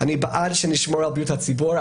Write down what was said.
אני בעד שנשמור על בריאות הציבור,